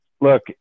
look